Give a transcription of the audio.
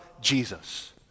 Jesus